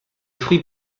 fruits